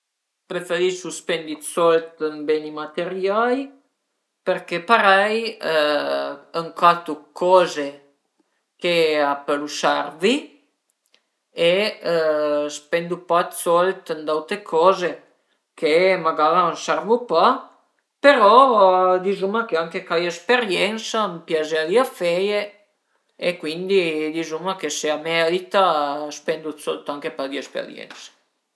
Preferisu spendi d'sold ën beni materiai perché parei m'catu coze che a pölu servi e spedu pa d'sold ën d'aute coze che magara a m'servu pa, però dizuma che anche cai esperiensa a m'piazerìa feie e cuindi dizuma che se a merita spendu d'sold anche për le esperiense